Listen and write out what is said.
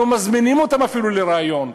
לא מזמינים אותם אפילו לריאיון.